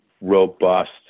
robust